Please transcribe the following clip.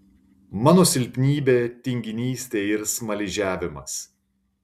mano silpnybė tinginystė ir smaližiavimas